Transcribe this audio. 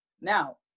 now